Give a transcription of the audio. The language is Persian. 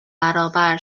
برابر